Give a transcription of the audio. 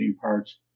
parts